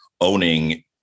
owning